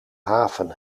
haven